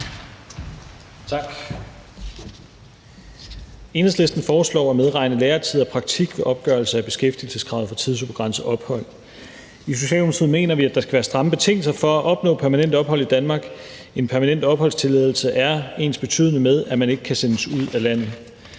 (S): Enhedslisten foreslår at medregne læretid og praktik ved opgørelse af beskæftigelseskravet for tidsubegrænset ophold. I Socialdemokratiet mener vi, at der skal være stramme betingelser for at opnå permanent ophold i Danmark. En permanent opholdstilladelse er ensbetydende med, at man ikke kan sendes ud af landet.